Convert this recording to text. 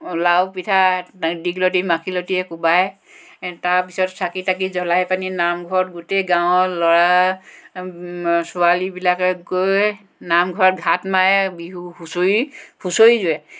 লাউ পিঠা দীঘলতি মাখিলতিৰে কোবাই তাৰপিছত চাকি তাকি জ্বলাই পানি নামঘৰত গোটেই গাঁৱৰ ল'ৰা ছোৱালীবিলাকে গৈ নামঘৰত ঘাট মাৰে বিহুৰ হুঁচৰি হুঁচৰি ধৰে